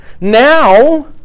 now